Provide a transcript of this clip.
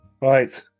right